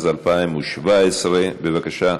התשע"ז 2017. בבקשה,